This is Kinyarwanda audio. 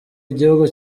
igihugu